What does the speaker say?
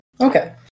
Okay